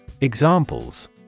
Examples